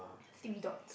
three dots